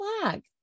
flag